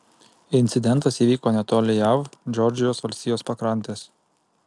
incidentas įvyko netoli jav džordžijos valstijos pakrantės